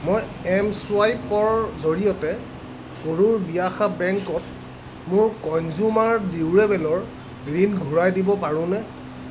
মই এম চুৱাইপৰ জৰিয়তে কৰুৰ ব্যাসা বেংকত মোৰ কনজ্যোমাৰ ডিউৰেবলৰ ঋণ ঘূৰাই দিব পাৰোনে